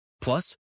Plus